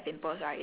ya